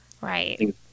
Right